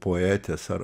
poetės ar